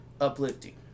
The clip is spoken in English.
uplifting